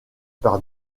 par